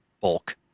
bulk